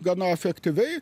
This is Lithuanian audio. gana efektyviai